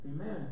amen